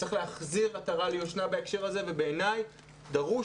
צריך להחזיר עטרה ליושנה בהקשר הזה ובעיני דרוש